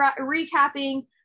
recapping